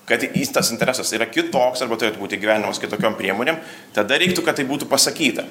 kad jis tas interesas yra kitoks arba turėtų būt įgyvendinamas kitokiom priemonėm tada reiktų kad tai būtų pasakyta